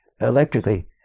electrically